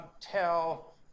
tell